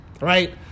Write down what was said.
right